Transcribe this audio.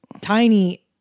tiny